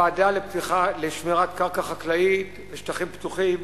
ועדה לשמירת קרקע חקלאית ושטחים פתוחים,